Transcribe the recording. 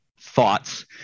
thoughts